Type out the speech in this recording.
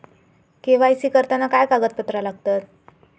KYC करताना काय कागदपत्रा लागतत?